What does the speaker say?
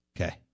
Okay